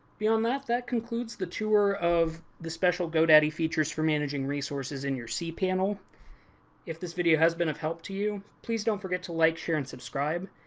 beyond that, that concludes the tour of the special godaddy features for managing resources in your cpanel. if this video has been of help to you, please don't forget to like, share and subscribe.